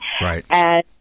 Right